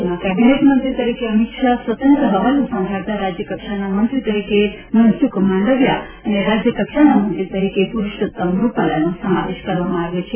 જેમાં કેબિનેટ મંત્રી તરીકે અમિત શાહ સ્વતંત્ર હવાલો સંભાળતા રાજ્યકક્ષાના મંત્રી તરીકે મનસુખ માંડવિયા અને રાજ્યકક્ષાના મંત્રી તરીકે પરષોત્તમ રૂપાલાનો સમાવેશ કરવામાં આવ્યો છે